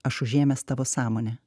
aš užėmęs tavo sąmonę